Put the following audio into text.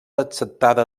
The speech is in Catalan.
acceptada